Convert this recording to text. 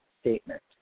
statement